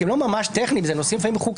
כי הם לא ממש טכניים אלא לפעמים נושאים חוקתיים,